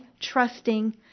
trusting